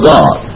God